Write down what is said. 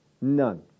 None